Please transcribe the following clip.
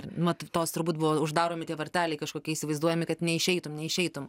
mat tos turbūt buvo uždaromi tie varteliai kažkokie įsivaizduojami kad neišeitum neišeitum